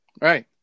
Right